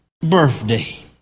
birthday